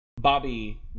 Bobby